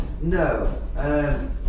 No